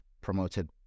promoted